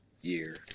year